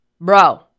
bro